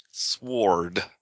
Sword